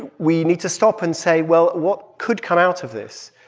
and we need to stop and say, well, what could come out of this?